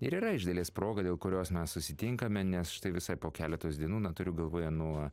ir yra iš dalies proga dėl kurios mes susitinkame nes štai visai po keletas dienų na turiu galvoje nuo